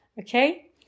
Okay